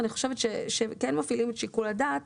אני חושבת שהם כן מפעילים את שיקול הדעת